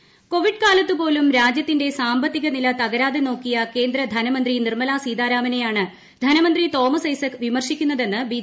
Surendran Covid കാലത്ത് പോലും രാജ്യത്തിന്റെ സാമ്പത്തിക നില തകരാതെ നോക്കിയ കേന്ദ്ര ധനമന്ത്രി നിർമലാ സീതാരാമനെയാണ് ധനമന്ത്രി തോമസ് ഐസക് വിമർശിക്കുന്നതെന്ന് ബി